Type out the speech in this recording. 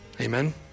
Amen